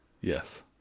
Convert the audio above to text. Yes